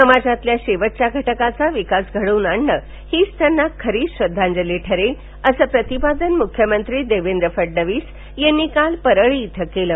समाजातील शेवटच्या घटकाचा विकास घडवून आणण हीच त्यांना खरी श्रद्धांजली ठरेल असं प्रतिपादन मुख्यमंत्री देवेंद्र फडणवीस यांनी काल परळी इथं केलं